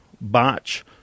Botch